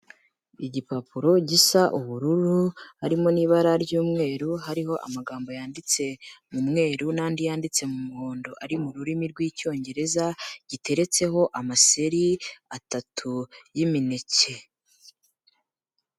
Igipapuro gisa ubururu harimo n'ibara ry'umweru, hariho amagambo yanditse mu mweru n'andi yanditse mu muhondo ari mu rurimi rw'icyongereza, giteretseho amaseri atatu y'imineke.